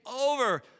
over